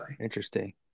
Interesting